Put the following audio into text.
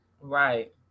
right